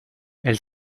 elle